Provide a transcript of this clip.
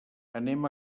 anem